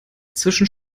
zwischen